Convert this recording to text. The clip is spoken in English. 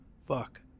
Fuck